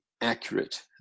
accurate